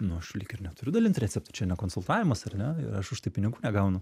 nu aš lyg ir neturiu dalint receptų čia ne konsultavimas ar ne aš už tai pinigų negaunu